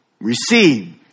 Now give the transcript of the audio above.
Receive